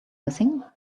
missing